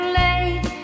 late